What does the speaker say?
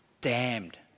Damned